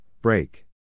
break